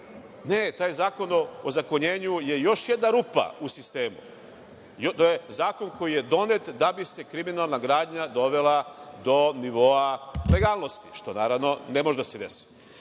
Ne, taj zakon o ozakonjenju je još jedna rupa u sistemu, zakon koji je donet da bi se kriminalna gradnja dovela do nivoa legalnosti, što naravno ne može da se desi. Ovaj